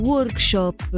Workshop